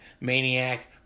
Maniac